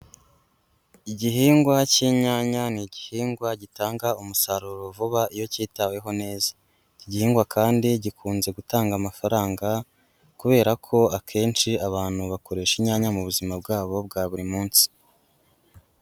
Igihingwa K'inyanya ni igihingwa gitanga umusaruro vuba iyo kitaweho neza, iki gihingwa kandi gikunze gutanga amafaranga kubera ko akenshi abantu bakoresha inyanya mu buzima bwabo bwa buri munsi.